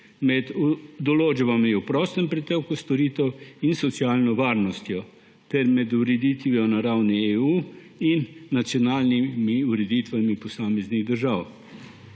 med določbami o prostem pretoku storitev in socialno varnostjo ter med ureditvijo na ravni EU in nacionalnimi ureditvami posameznih držav.